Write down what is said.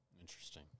Interesting